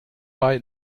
bei